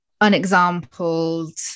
unexampled